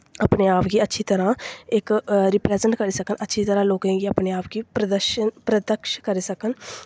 अपने आप गी अच्छी तरह् इक रिप्रज़ैंट करी सकन अच्छी तरह लोकें गी अपने आप गी प्रदर्शन प्रत्यक्ष करी सकन